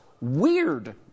weird